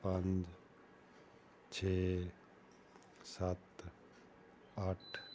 ਪੰਜ ਛੇ ਸੱਤ ਅੱਠ